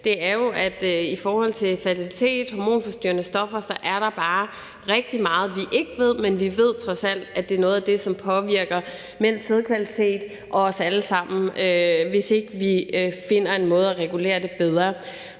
bare kan se i forhold til fertilitet og hormonforstyrrende stoffer, er, at der bare er rigtig meget, vi ikke ved. Men vi ved trods alt, at det er noget af det, som påvirker mænds sædkvalitet og os alle sammen, hvis ikke vi finder en måde at regulere det bedre